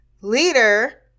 leader